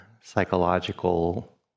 psychological